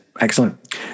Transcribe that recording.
Excellent